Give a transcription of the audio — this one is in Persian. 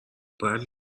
باید